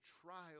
trial